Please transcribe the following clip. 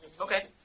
Okay